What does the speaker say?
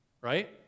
Right